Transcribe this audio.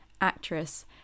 actress